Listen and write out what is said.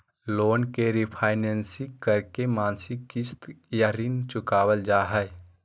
loan के refinancing करके मासिक किस्त या ऋण चुकावल जा हय